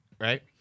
right